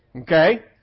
Okay